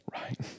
Right